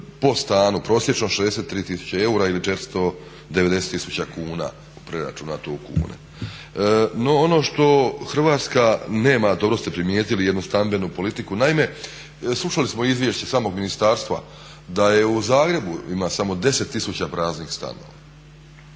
po stanu prosječno 63 tisuće eura ili 490 tisuća kuna, preračunato u kune. No, ono što Hrvatska nema dobro ste primijetili, jednu stambenu politiku. Naime, slušali smo izvješće samog ministarstva da u Zagrebu ima samo 10 tisuća praznih stanova